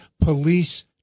police